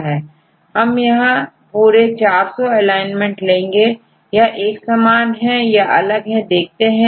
हम यहां पूरे400 एलिमेंट लेते हैं यह एक समान है या अलग है देखते हैं